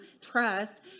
trust